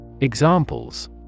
Examples